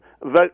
Vote